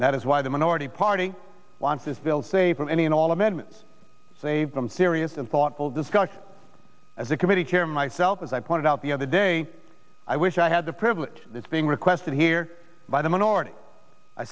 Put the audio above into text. that is why the minority party wants this bill say for any and all amendments saved from serious and thoughtful discussion as the committee chair myself as i pointed out the other day i wish i had the privilege that's being requested here by the minority i